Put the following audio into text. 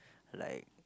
like